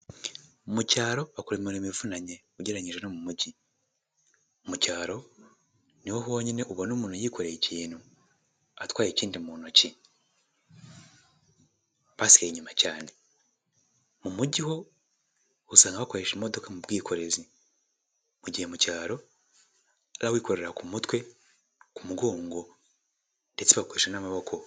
Mu cyaro akora imirimo ivunanye ugereranyije no mu mujyi mu cyaro niho honyine ubona yikoreye ikintu atwaye ikindi mu ntoki basubiye inyuma cyane mu mujyi usanga bakoresha imodoka mu bwikorezi bugihe mu cyaro bikorera ku mutwe ,ku mugongo ndetse bakoresha n'amaboko.